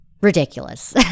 ridiculous